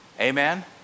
Amen